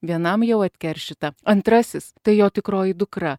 vienam jau atkeršyta antrasis tai jo tikroji dukra